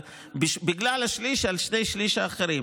בגלל השליש על שני השלישים האחרים.